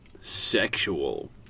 Sexual